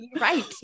Right